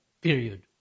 Period